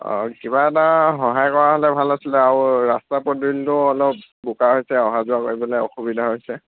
অঁ কিবা এটা সহায় কৰা হ'লে ভাল আছিল আৰু ৰাস্তা পদূলিটো অলপ বোকা হৈছে অহা যোৱা কৰিবলৈ অসুবিধা হৈছে